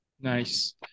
Nice